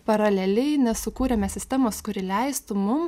paraleliai nesukūrėme sistemos kuri leistų mum